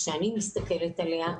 כשאני מסתכלת עליה,